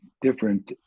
different